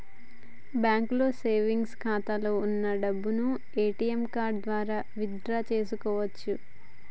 బ్యాంకులో సేవెంగ్స్ ఖాతాలో వున్న డబ్బును ఏటీఎం కార్డు ద్వారా విత్ డ్రా చేసుకోవచ్చు